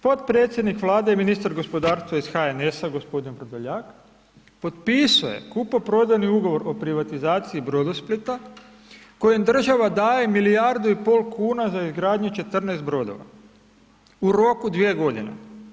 Podpredsjednik Vlade i ministar gospodarstva iz HNS-a, gospodin Vrdoljak, potpis'o je kupoprodajni ugovor o privatizaciji Brodosplita kojem država daje milijardu i pol kuna za izgradnju 14 brodova u roku dvije godine.